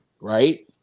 Right